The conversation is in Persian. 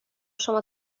شما